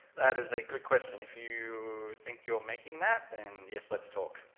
that is a good question. if you think you're making that, then, yes let's talk.